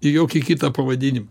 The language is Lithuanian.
į jokį kitą pavadinimą